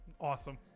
awesome